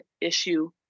issue